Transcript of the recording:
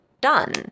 done